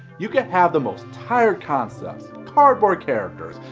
you can have the most tired concepts, cardboard characters,